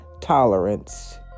tolerance